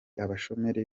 abashoramari